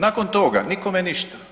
Nakon toga nikome ništa.